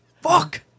Fuck